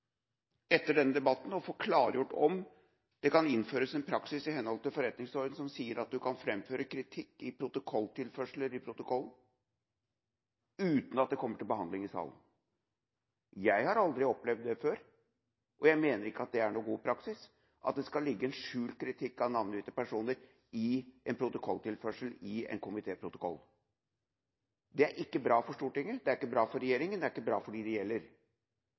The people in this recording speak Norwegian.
etter denne debatten må sende et brev til presidentskapet og få klargjort om det i henhold til forretningsordenen kan innføres en praksis som sier at man kan framføre kritikk i protokolltilførsler – uten at det kommer til behandling i salen. Jeg har aldri opplevd det før. Jeg mener det ikke er noen god praksis at det i en protokolltilførsel i en komitéprotokoll skal ligge en skjult kritikk av navngitte personer. Det er ikke bra for Stortinget. Det er ikke bra for regjeringa. Det er ikke bra for dem det gjelder.